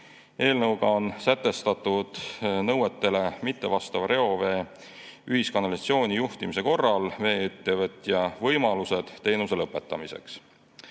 Eelnõuga on sätestatud nõuetele mittevastava reovee ühiskanalisatsiooni juhtimise korral vee-ettevõtte võimalused teenuse lõpetamiseks.